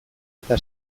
eta